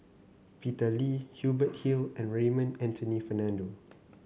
Peter Lee Hubert Hill and Raymond Anthony Fernando